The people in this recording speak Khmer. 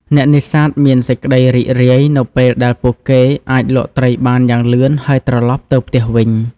អ្នកនេសាទមាន សេចក្តីរីករាយ នៅពេលដែលពួកគេអាចលក់ត្រីបានយ៉ាងលឿនហើយត្រឡប់ទៅផ្ទះវិញ។